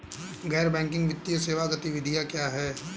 गैर बैंकिंग वित्तीय सेवा गतिविधियाँ क्या हैं?